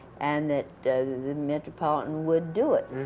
and that the metropolitan would do it.